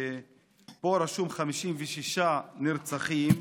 ופה רשום 56 נרצחים,